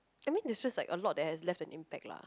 I mean this show like a lot they have left impact lah